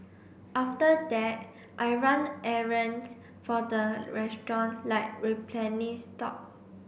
after that I run errands for the restaurant like replenish stock